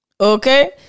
Okay